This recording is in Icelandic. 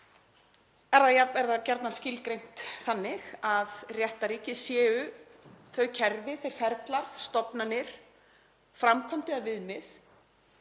Er það gjarnan skilgreint þannig að réttarríkið séu þau kerfi, þeir ferlar, stofnanir, framkvæmd eða viðmið